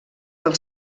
del